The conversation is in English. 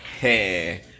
hey